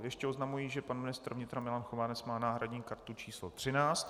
Ještě oznamuji, že pan ministr vnitra Milan Chovanec má náhradní kartu číslo 13.